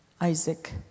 Isaac